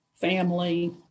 family